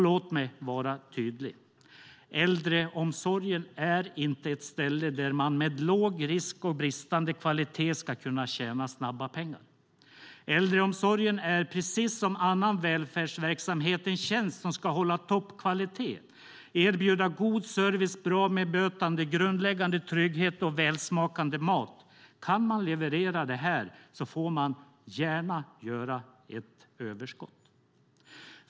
Låt mig vara tydlig: Äldreomsorgen är inte ett ställe där man med låg risk och bristande kvalitet ska kunna tjäna snabba pengar. Äldreomsorgen är, precis som annan välfärdsverksamhet, en tjänst som ska hålla toppkvalitet, erbjuda god service, bra bemötande, grundläggande trygghet och välsmakande mat. Kan man leverera det får man gärna göra ett överskott.